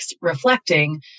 reflecting